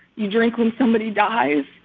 you drink when somebody dies